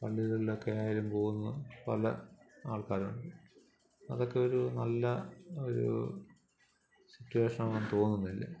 പള്ളികളിലൊക്കെ ആയാലും പോകുന്ന പല ആൾക്കാരുണ്ട് അതൊക്കെ ഒരു നല്ല ഒരു സിറ്റുവേഷൻ ആണെന്ന് തോന്നുന്നില്ല